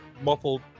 muffled